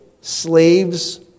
slaves